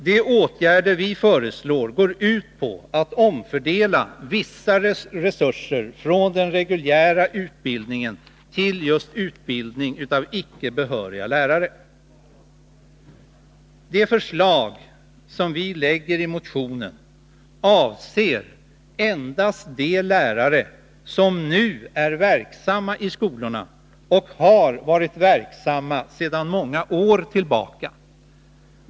De åtgärder som vi föreslår går ut på att omfördela vissa resurser från den reguljära utbildningen till just utbildning av icke behöriga lärare. Det förslag som vi lägger fram i motionen avser endast de lärare som nu är verksamma i skolorna och som sedan många år tillbaka har varit verksamma.